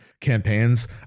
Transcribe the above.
campaigns